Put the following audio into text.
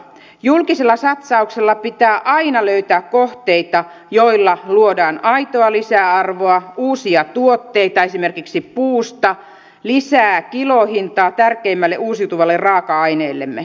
julkisella satsauksella pitää aina löytää kohteita joilla luodaan aitoa lisäarvoa uusia tuotteita esimerkiksi puusta lisää kilohintaa tärkeimmälle uusiutuvalle raaka aineellemme